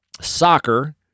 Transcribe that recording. soccer